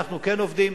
אנחנו כן עובדים.